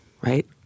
Right